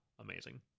amazing